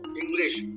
English